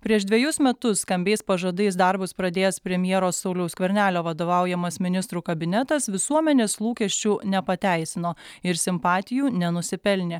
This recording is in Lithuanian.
prieš dvejus metus skambiais pažadais darbus pradėjęs premjero sauliaus skvernelio vadovaujamas ministrų kabinetas visuomenės lūkesčių nepateisino ir simpatijų nenusipelnė